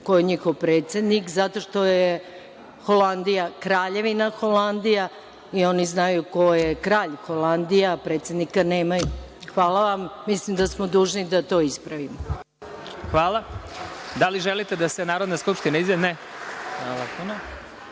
ko je njihov predsednik zato što je Holandija Kraljevina Holandija i oni znaju ko je kralj Holandije, a predsednika nemaju. Hvala vam. Mislim da smo dužni da to ispravimo. **Vladimir Marinković** Hvala. Da li želite da se Narodna skupština izjasni